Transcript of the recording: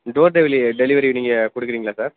door டெலிவி delivery நீங்கள் கொடுக்குறீங்களா சார்